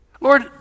Lord